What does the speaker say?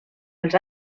els